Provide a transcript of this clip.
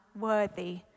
worthy